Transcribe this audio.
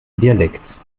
dialekt